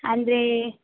ಅಂದರೇ